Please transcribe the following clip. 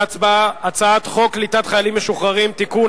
הצעת חוק קליטת חיילים משוחררים (תיקון,